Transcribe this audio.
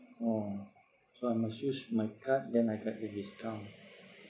orh so I must use my card then I get the discount